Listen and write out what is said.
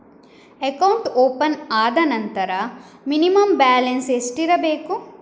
Account open ಆದ ನಂತರ minimum balance ಎಷ್ಟಿರಬೇಕು?